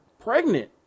pregnant